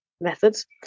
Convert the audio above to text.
methods